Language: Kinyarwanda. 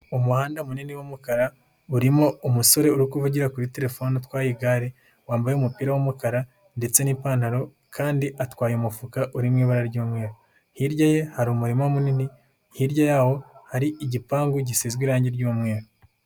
Umuhanda munini w'umukara urimo umusore uri kuvugira kuri telefone utwaye igare, wambaye umupira w'umukara ndetse n'ipantaro kandi atwaye umufuka uri mu ibara ry'umweru. Hirya ye hari umurima munini, hirya y'aho hari igipangu gisizwe irange ry'umweru.